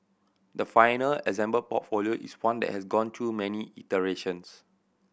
the final assembled portfolio is one that has gone through many iterations